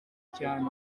cyane